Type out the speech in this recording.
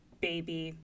baby